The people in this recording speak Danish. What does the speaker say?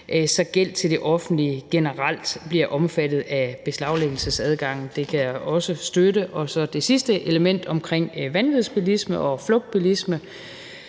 så gæld til det offentlige generelt bliver omfattet af beslaglæggelsesadgangen. Det kan jeg også støtte. Og så er der det sidste element omkring vanvidsbilisme og flugtbilisme,